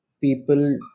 people